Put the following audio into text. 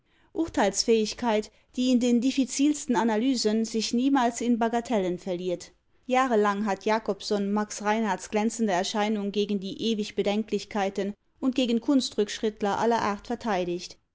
urteilsfähigkeit die in den diffizilsten analysen sich niemals in bagatellen verliert jahrelang hat jacobsohn max reinhardts glänzende erscheinung gegen die ewig-bedenklichkeiten und gegen kunstrückschrittler aller art verteidigt